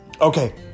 Okay